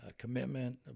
commitment